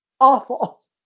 awful